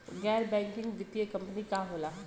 गैर बैकिंग वित्तीय कंपनी का होला?